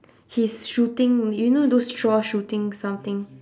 he's shooting you know those straw shooting something